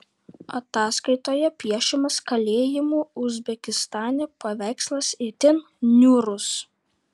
ataskaitoje piešiamas kalėjimų uzbekistane paveikslas itin niūrus